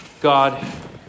God